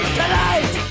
tonight